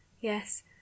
yes